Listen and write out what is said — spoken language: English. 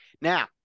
Now